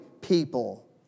people